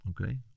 Okay